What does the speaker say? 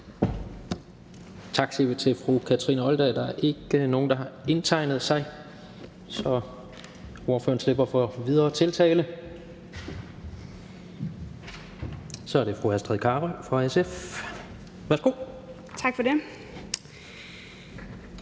vi til fru Kathrine Olldag. Der er ikke nogen, der har indtegnet sig, så ordføreren slipper for videre tiltale. Så er det fru Astrid Carøe fra SF. Værsgo. Kl.